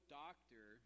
doctor